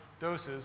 doses